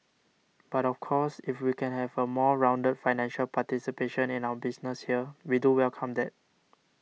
but of course if we can have a more rounded financial participation in our business here we do welcome that